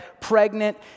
pregnant